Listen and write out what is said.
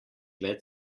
več